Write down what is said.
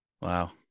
Wow